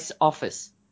office